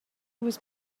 was